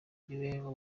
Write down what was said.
niwo